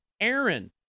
aaron